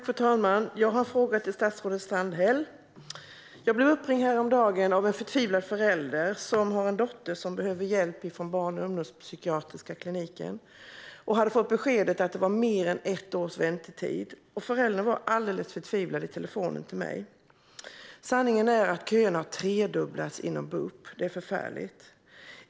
Fru talman! Jag har en fråga till statsrådet Strandhäll. Jag blev uppringd häromdagen av en förtvivlad förälder som har en dotter som behöver hjälp av en barn och ungdomspsykiatrisk klinik. Föräldern hade fått beskedet att det var mer än ett års väntetid och var alldeles förtvivlad när vi talade i telefon. Sanningen är att köerna har tredubblats inom BUP. Det är förfärligt.